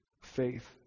faith